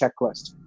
checklist